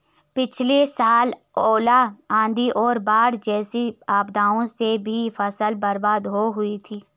पिछली साल ओले, आंधी और बाढ़ जैसी आपदाओं से भी फसल बर्बाद हो हुई थी